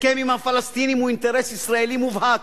הסכם עם הפלסטינים הוא אינטרס ישראלי מובהק.